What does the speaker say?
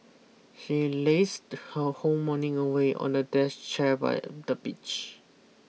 she lazed her whole morning away on a desk chair by the beach